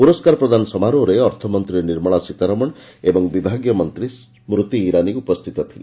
ପ୍ରରସ୍କାର ପ୍ରଦାନ ସମାରୋହରେ ଅର୍ଥମନ୍ତୀ ନିର୍ମଳା ସୀତାରମଣ ଏବଂ ବିଭାଗୀୟ ମନ୍ତୀ ସ୍ତି ଇରାନୀ ଉପସ୍ସିତ ଥିଲେ